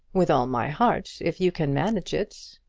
with all my heart, if you can manage it.